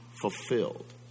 fulfilled